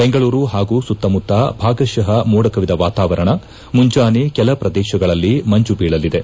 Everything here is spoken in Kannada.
ಬೆಂಗಳೂರು ಹಾಗೂ ಸುತ್ತಮುತ್ತ ಭಾಗಶಃ ಮೋಡಕವಿದ ವಾತಾವರಣ ಮುಂಜಾನೆ ಕೆಲ ಪ್ರದೇಶಗಳಲ್ಲಿ ಮಂಜು ಬೀಳಲಿದೆ